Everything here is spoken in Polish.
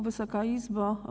Wysoka Izbo!